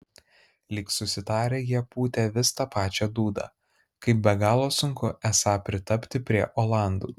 lyg susitarę jie pūtė vis tą pačią dūdą kaip be galo sunku esą pritapti prie olandų